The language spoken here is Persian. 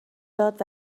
داد